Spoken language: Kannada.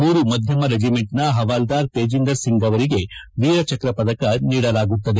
ಮೂರು ಮಧ್ಯಮ ರೆಜಿಮೆಂಟ್ನ ಹವಾಲ್ಗಾರ್ ತೇಜಿಂದರ್ ಸಿಂಗ್ ಅವರಿಗೆ ವೀರಚಕ ಪದಕ ನೀಡಲಾಗುತ್ತದೆ